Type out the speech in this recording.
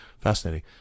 Fascinating